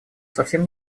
совсем